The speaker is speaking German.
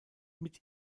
mit